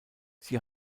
sie